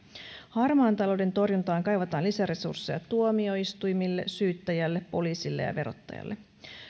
harmaan talouden torjuntaan kaivataan lisäresursseja tuomioistuimille syyttäjälle poliisille ja verottajalle